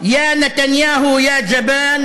בעיר הזו שיש בה כנסיות ומסגדים,